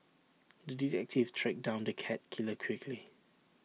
the detective tracked down the cat killer quickly